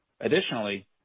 Additionally